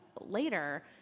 later